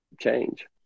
change